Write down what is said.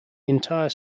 entire